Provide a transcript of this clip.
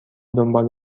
دنبال